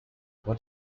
what